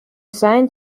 signed